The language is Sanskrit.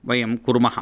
वयं कुर्मः